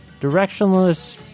directionless